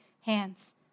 hands